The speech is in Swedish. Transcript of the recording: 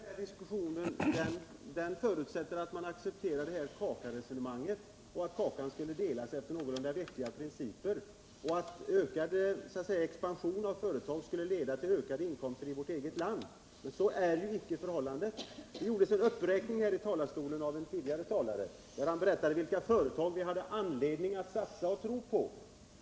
Herr talman! Hela den här diskussionen förutsätter att man accepterar kakaresonemanget, att kakan delas efter någorlunda rättvisa principer och att ökad expansion leder till ökade inkomster i vårt eget land. Men så är det inte. En tidigare talare gjorde en uppräkning från talarstolen av de företag som han ansåg att vi hade anledning att satsa och tro på.